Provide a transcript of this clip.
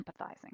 empathizing